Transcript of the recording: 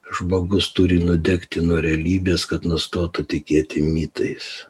žmogus turi nudegti nuo realybės kad nustotų tikėti mitais